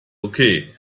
okay